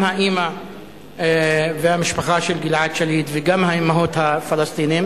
גם האמא והמשפחה של גלעד שליט וגם אמהות הפלסטינים.